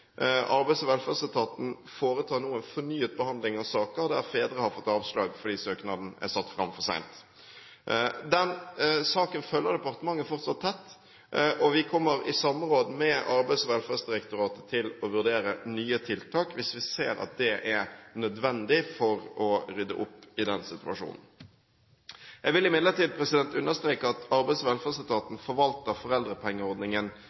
Arbeids- og velferdsetaten foretar nå en fornyet behandling av saker der fedre har fått avslag fordi søknaden er satt fram for sent. Den saken følger departementet fortsatt tett, og vi kommer i samråd med Arbeids- og velferdsdirektoratet til å vurdere nye tiltak hvis vi ser at det er nødvendig for å rydde opp i den situasjonen. Jeg vil imidlertid understreke at Arbeids- og